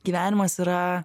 gyvenimas yra